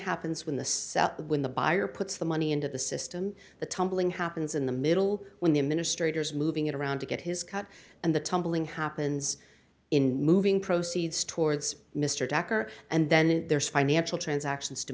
happens when the sell when the buyer puts the money into the system the tumbling happens in the middle when the administrators moving it around to get his cut and the tumbling happens in moving proceeds towards mr decker and then there's financial transactions to